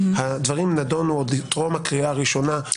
הדברים נדונו עוד טרום הקריאה הראשונה עוד בינואר.